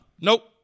nope